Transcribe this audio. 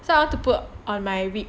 so I want to put on my rib